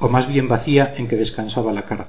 o más bien bacía en que descansaba la cara